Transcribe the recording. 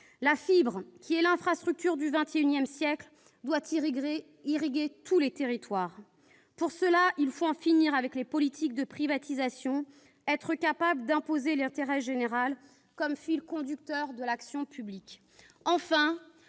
La fibre, qui est l'infrastructure du XXI siècle, doit irriguer tous les territoires. Pour cela, il faut en finir avec les politiques de privatisations et être capables d'imposer l'intérêt général comme fil conducteur de l'action publique.